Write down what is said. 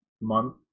month